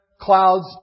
clouds